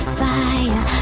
fire